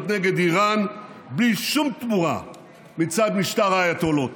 נגד איראן בלי שום תמורה מצד משטר האייתולות.